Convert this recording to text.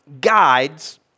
guides